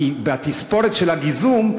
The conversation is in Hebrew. בתספורת של הגיזום,